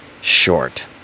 Short